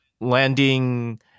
landing